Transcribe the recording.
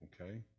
okay